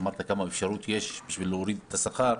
ואמרת כמה אפשרות יש בשביל להוריד את השכר,